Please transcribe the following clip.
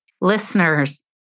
listeners